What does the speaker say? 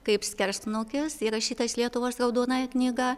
kaip skersnukis įrašytas lietuvos raudonąją knygą